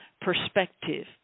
perspective